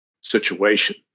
situation